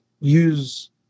use